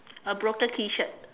a broken T-shirt